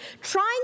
trying